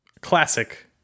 classic